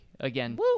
Again